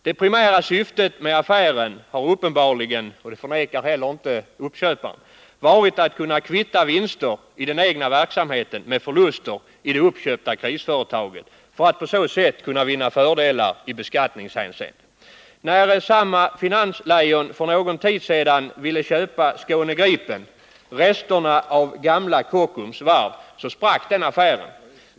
Det primära syftet med affären har uppenbarligen varit — och det förnekas inte heller av köparen — att kunna kvitta vinster i den egna verksamheten mot förluster i det uppköpta krisföretaget för att på så sätt vinna fördelar i beskattningshänseende. När samma finanslejon för någon tid sedan ville köpa Skåne-Gripen, resterna av gamla Kockums Varv, sprack affären.